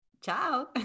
Ciao